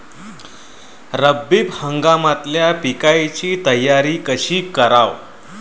रब्बी हंगामातल्या पिकाइची तयारी कशी कराव?